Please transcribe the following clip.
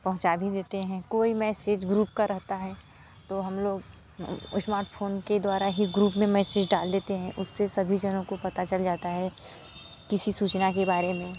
पहुँचा भी देते हैं कोई मैसेज ग्रुप का रहता है तो हम लोग स्मार्टफोन के द्वारा ही ग्रुप में मैसेज डाल देते हैं उससे सभी जनों को पता चल जाता है किसी सूचना के बारे में